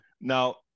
Now